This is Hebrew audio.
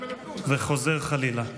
וחוזר חלילה,